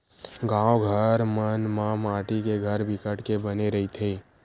गाँव घर मन म माटी के घर बिकट के बने रहिथे